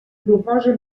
proposa